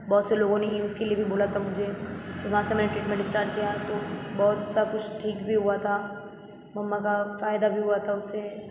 बहुत से लोगों ने एम्स के लिए भी बोला था मुझे वहाँ से मैंने ट्रीटमेंट स्टार्ट किया तो बहुत सा कुछ ठीक भी हुआ था मम्मा का फायदा भी हुआ था उससे